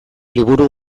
liburu